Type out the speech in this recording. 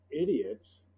idiots